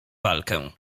walkę